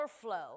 flow